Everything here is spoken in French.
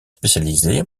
spécialisé